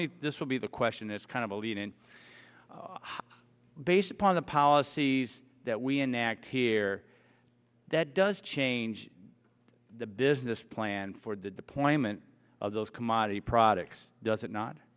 me this will be the question it's kind of a lead in how based upon the policies that we enact here that does change the business plan for the deployment of those commodity products does it not